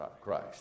Christ